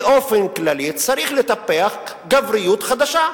באופן כללי, צריכים לטפח גבריות חדשה.